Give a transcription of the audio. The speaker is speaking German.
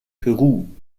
peru